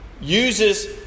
uses